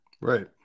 right